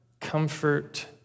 comfort